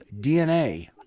dna